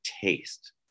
taste